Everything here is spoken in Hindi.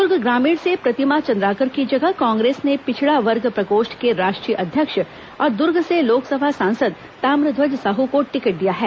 दुर्ग ग्रामीण से प्रतिमा चंद्राकर की जगह कांग्रेस ने पिछड़ा वर्ग प्रकोष्ठ के राष्ट्रीय अध्यक्ष और दुर्ग से लोकसभा सासंद ताम्रध्वज साहू को टिकट दिया है